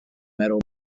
meadow